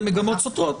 זה מגמות סותרות.